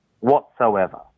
whatsoever